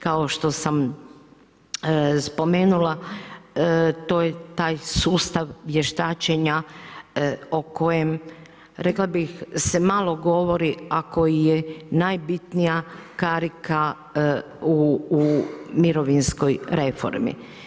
Kao što sam spomenula, to je taj sustav vještačenja o kojem, rekla bih se malo govori, a koji je najbitnija karika u mirovinskoj reformi.